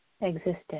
existed